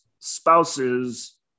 spouses